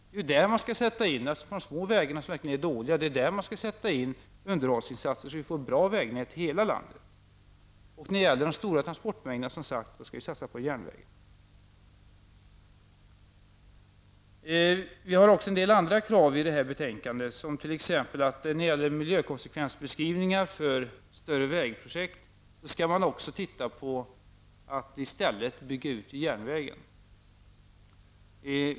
Det är på de små vägar som verkligen är dåliga som underhållsinsatser skall göras så att vi får ett bra vägnät i hela landet. Vi skall också satsa på järnvägarna för att klara den stora mängden transporter. Dessutom ställer vi en del andra krav i betänkandet. Vad gäller miljökonsekvensbeskrivningar för större vägprojekt, så bör man studera alternativet att i stället bygga ut järnvägen.